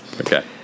Okay